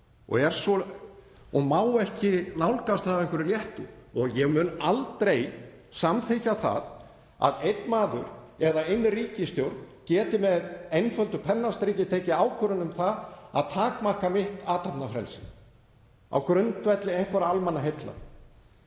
og má ekki nálgast það af einhverri léttúð. Ég mun aldrei samþykkja það að einn maður eða ein ríkisstjórn geti með einföldu pennastriki tekið ákvörðun um að takmarka mitt athafnafrelsi á grundvelli einhverra almannaheilla.